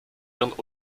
ihren